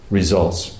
results